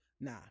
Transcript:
Nah